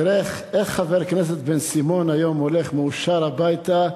תראה איך חבר הכנסת בן-סימון היום הולך מאושר הביתה,